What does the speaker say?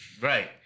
Right